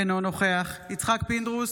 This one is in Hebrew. אינו נוכח יצחק פינדרוס,